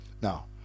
Now